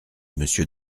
monsieur